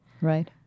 Right